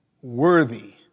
worthy